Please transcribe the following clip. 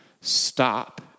stop